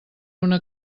una